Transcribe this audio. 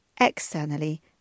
externally